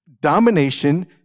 domination